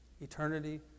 Eternity